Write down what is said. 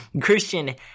Christian